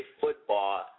football